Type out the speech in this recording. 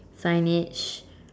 signage